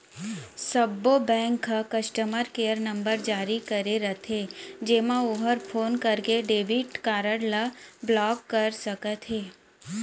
सब्बो बेंक ह customer care number जारी करे रथे जेमा ओहर फोन करके डेबिट कारड ल ब्लाक कर सकत हे